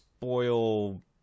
spoil